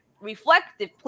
reflective